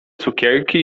cukierki